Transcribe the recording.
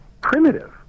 primitive